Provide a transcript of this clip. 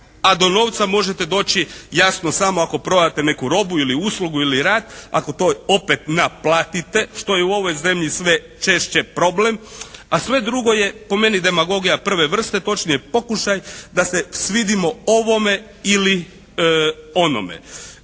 a do novca možete doći jasno samo ako prodate neku robu ili uslugu ili rad. Ako to opet naplatite što je u ovoj zemlji sve češće problem, a sve drugo je po meni demagogija prve vrste. Točnije pokušaj da se svidimo ovome ili onome.